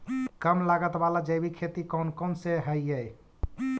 कम लागत वाला जैविक खेती कौन कौन से हईय्य?